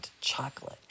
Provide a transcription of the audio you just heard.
chocolate